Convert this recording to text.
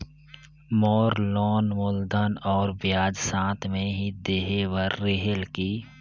मोर loan मूलधन और ब्याज साथ मे ही देहे बार रेहेल की?